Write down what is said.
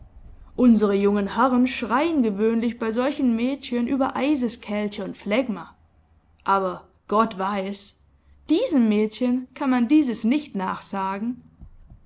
unsere jungen herren schreien gewöhnlich bei solchen mädchen über eiskälte und phlegma aber gott weiß diesem mädchen kann man dieses nicht nachsagen